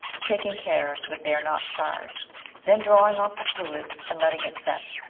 taking care that they are not charred then drawing off the fluid and letting it set.